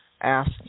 ask